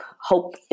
Hope